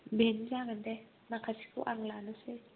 बेनो जागोन दे माखासेखौ आं लानोसै